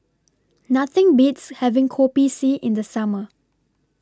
Nothing Beats having Kopi C in The Summer